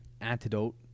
antidote